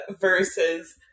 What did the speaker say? versus